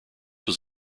was